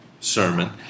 sermon